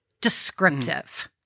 descriptive